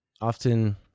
often